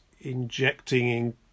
injecting